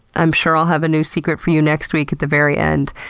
i'm sure i'll have a new secret for you next week, at the very end,